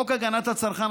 חוק הגנת הצרכן,